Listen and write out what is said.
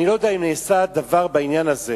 אני לא יודע אם נעשה דבר בעניין הזה.